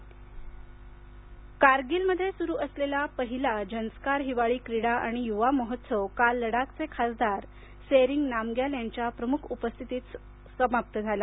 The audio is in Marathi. कारगिल कारगिलमध्ये सुरू असलेला पहिला झंस्कार हिवाळी क्रीडा आणि युवा महोत्सव काल लडाखचे खासदार सेरिंग नामग्याल यांच्या प्रमुख उपस्थितीत समाप्त झाला